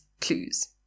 clues